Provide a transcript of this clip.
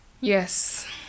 Yes